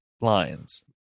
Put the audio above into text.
lines